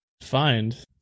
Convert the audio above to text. find